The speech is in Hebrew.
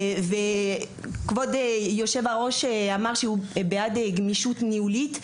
כבוד יושב הראש אמר שהוא בעד גמישות ניהולית,